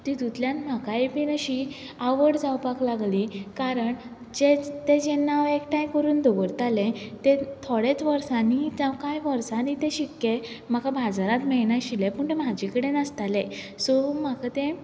तितूंतल्यान म्हाकाय बी अशी आवड जावपाक लागली कारण जे ते जेन्ना एकठांय करून दवरतालें तें थोड्यांत वर्सांनी वा कांय वर्सांनी ते शिक्के म्हाका बाजारांत मेळनाशिल्लें पूण ते म्हजे कडेन आसताले सो म्हाका तें